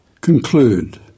Conclude